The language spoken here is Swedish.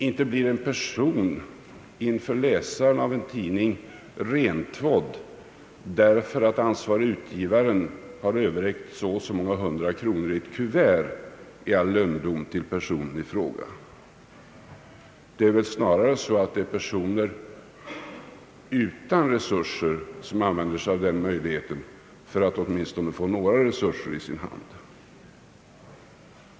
Inte blir en person rentvådd inför läsarna av en tidning därför att ansvarige utgivaren i lönndom har överräckt så och så många hundra kronor i ett kuvert till personen i fråga. Snarare är det personer utan resurser som använder sig av den möjligheten för att åtminstone få något i sin hand.